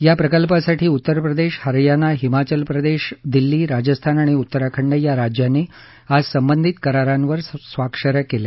या प्रकल्पासाठी उत्तर प्रदेश हरयाना हिमाचल प्रदेश दिल्ली राजस्थान आणि उत्तराखंड या राज्यांनी आज संबंधित करारावर स्वाक्षऱ्या केल्या